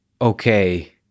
okay